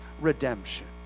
redemption